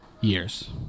years